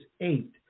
eight